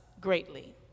greatly